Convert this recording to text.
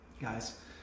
guys